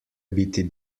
biti